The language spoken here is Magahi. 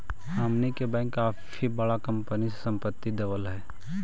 हमनी के बैंक काफी बडा कंपनी के संपत्ति देवऽ हइ